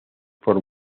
por